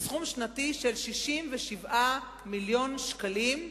בסכום שנתי של 67 מיליון שקלים.